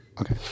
Okay